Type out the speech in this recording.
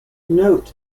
note